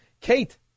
Kate